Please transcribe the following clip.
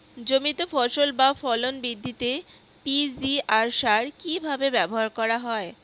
জমিতে ফসল বা ফলন বৃদ্ধিতে পি.জি.আর সার কীভাবে ব্যবহার করা হয়?